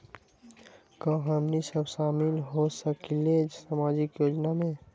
का हमनी साब शामिल होसकीला सामाजिक योजना मे?